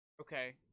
Okay